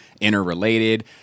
interrelated